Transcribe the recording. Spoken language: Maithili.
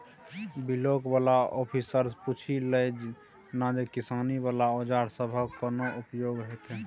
बिलॉक बला अफसरसँ पुछि लए ना जे किसानी बला औजार सबहक कोना उपयोग हेतै?